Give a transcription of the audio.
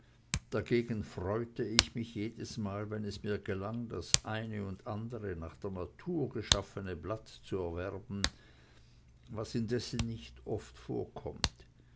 dagegen freute ich mich jedesmal wenn es mir gelang das eine und andere nach der natur geschaffene blatt zu erwerben was indessen nicht oft vorkommt